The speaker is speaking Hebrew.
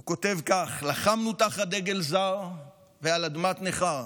הוא כותב כך: לחמנו תחת דגל זר ועל אדמת נכר,